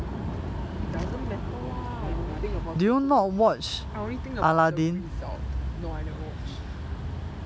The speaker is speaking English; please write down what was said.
it doesn't matter lah you don't think about it so much I only think about the result no I never watch